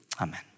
Amen